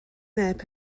neb